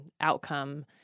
outcome